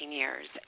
years